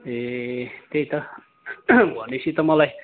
ए त्यही त भनेपछि त मलाई